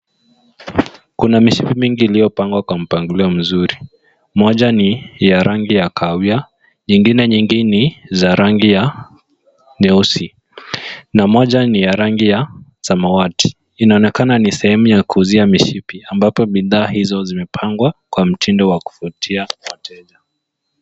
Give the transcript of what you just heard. Kuna mishipi mingi iliyopangwa kwa mpangilio mzuri. Moja ni ya rangi ya kahawia nyingine nyingi za rangi ya nyeusi na moja ni ya rangi ya samawati. Inaonekana ni sehemu ya kuuzia mishipi ambapo bidhaa hizo zimepangwa kwa mtindo wa kuvutia wateja.